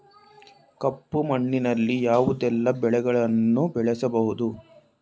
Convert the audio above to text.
ಕಪ್ಪು ಮಣ್ಣಿನಲ್ಲಿ ಯಾವುದೆಲ್ಲ ಬೆಳೆಗಳನ್ನು ಬೆಳೆಸಬಹುದು?